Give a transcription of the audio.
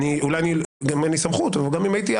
אולי גם אין לי סמכות אבל גם אם הייתה